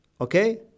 okay